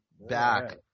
back